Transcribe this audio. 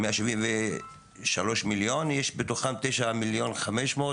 מהמאה האלה יש בתוכם תשעה מיליון חמש מאות